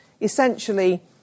essentially